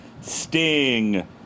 Sting